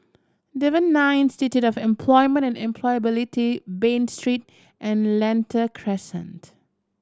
Devan Nair Institute of Employment and Employability Bain Street and Lentor Crescent